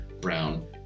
brown